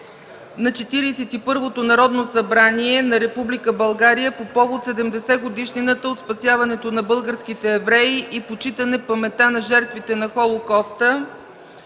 първото Народно събрание на Република България по повод 70-годишнината от спасяването на българските евреи и почитане паметта на жертвите на Холокоста